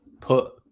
put